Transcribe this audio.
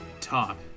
top